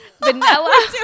Vanilla